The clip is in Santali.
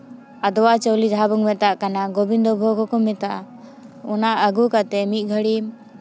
ᱟᱫᱽᱣᱟ ᱪᱟᱣᱞᱮ ᱡᱟᱦᱟᱸ ᱵᱚᱱ ᱢᱮᱛᱟᱜ ᱠᱟᱱᱟ ᱜᱳᱵᱤᱱᱫᱚ ᱵᱷᱳᱜᱽ ᱦᱚᱸᱠᱚ ᱢᱮᱛᱟᱜᱼᱟ ᱚᱱᱟ ᱟᱹᱜᱩ ᱠᱟᱛᱮᱫ ᱢᱤᱫ ᱜᱷᱟᱹᱲᱤ